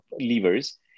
levers